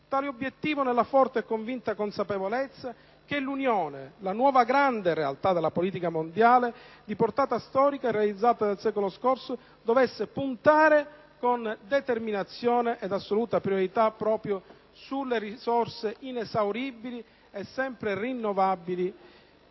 stato pensato nella forte e convinta consapevolezza che l'Unione, la nuova grande realtà della politica mondiale, di portata storica, realizzata nel secolo scorso, dovesse puntare con determinazione ed assoluta priorità proprio sulle risorse inesauribili e sempre rinnovabili,